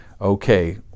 okay